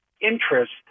interest